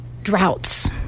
Droughts